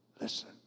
Listen